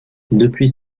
depuis